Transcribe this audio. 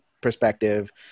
perspective